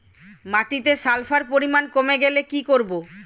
মাটিতে সালফার পরিমাণ কমে গেলে কি করব?